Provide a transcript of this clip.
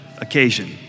occasion